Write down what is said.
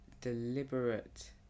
deliberate